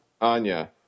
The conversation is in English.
Anya